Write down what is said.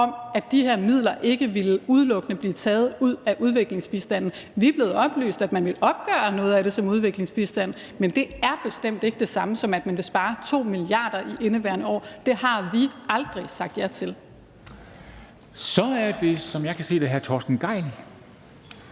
på, af de her midler ikke udelukkende ville blive taget ud af udviklingsbistanden. Vi er blevet oplyst, at man ville opgøre noget af det som udviklingsbistand. Men det er bestemt ikke det samme som, at man vil spare 2 mia. kr. i indeværende år. Det har vi aldrig sagt ja til. Kl. 13:18 Formanden (Henrik Dam Kristensen):